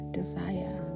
desire